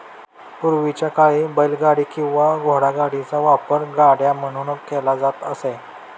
पूर्वीच्या काळी बैलगाडी किंवा घोडागाडीचा वापर गाड्या म्हणून केला जात असे